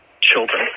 children